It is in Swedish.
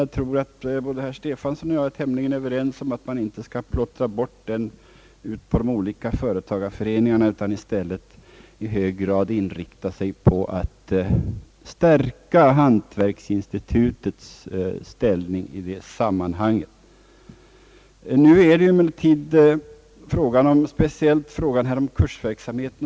Jag tror att herr Stefanson och jag är överens om att man inte skall plottra bort denna verksamhet på de olika företagareföreningarna, utan att vi i stället i hög grad bör inrikta oss på att stärka hantverksinstitutets ställning i detta sammanhang. Frågan gäller emellertid nu kursverksamheten.